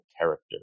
character